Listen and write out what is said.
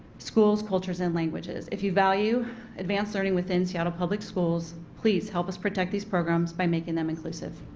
schools, cultures and languages. if you value advanced learning within seattle public schools please help us protect these programs by making them inclusive.